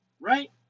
Right